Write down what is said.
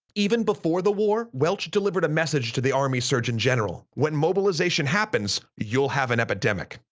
even before the war, welch delivered a message to the army surgeon general when mobilization happens, you'll have an epidemic!